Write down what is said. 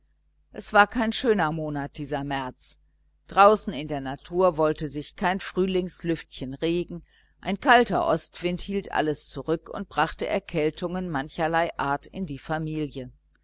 es war kein schöner monat dieser märz draußen in der natur wollte sich kein frühlingslüftchen regen ein kalter ostwind hielt alles zurück und brachte erkältungen mancherlei art in die familie